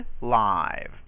live